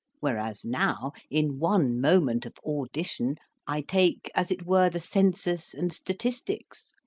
whereas now, in one moment of audition, i take as it were the census and statistics,